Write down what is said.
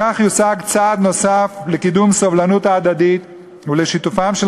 בכך יושג צעד נוסף לקידום הסובלנות ההדדית ולשיתופם של